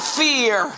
fear